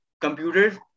computers